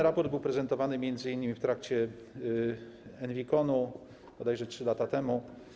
Raport był prezentowany między innymi w trakcie ENVICON-u 3 lata temu.